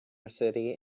city